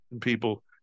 people